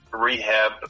Rehab